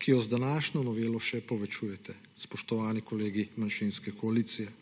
ki jo z današnjo novelo še povečujete, spoštovani kolegi manjšinske koalicije.